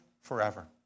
forever